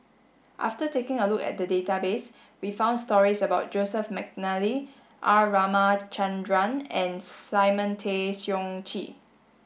after taking a look at the database we found stories about Joseph Mcnally R Ramachandran and Simon Tay Seong Chee